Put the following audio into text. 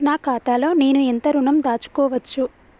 నా ఖాతాలో నేను ఎంత ఋణం దాచుకోవచ్చు?